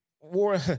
War